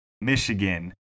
Michigan